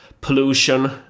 pollution